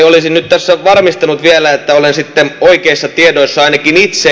olisin nyt tässä varmistanut vielä että olen sitten oikeissa tiedoissa ainakin itse